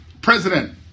President